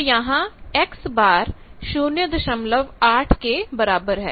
तो यहां X 08 के बराबर है